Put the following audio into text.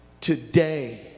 Today